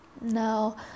no